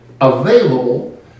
available